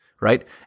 right